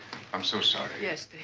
i'm so sorry. yes,